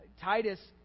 Titus